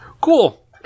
cool